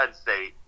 State